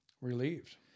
relieved